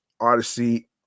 odyssey